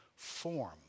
Form